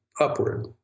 upward